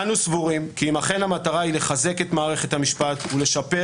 אנו סבורים כי אם אכן המטרה היא לחזק את מערכת המשפט ולשפר